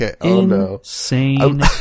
insane